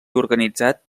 organitzat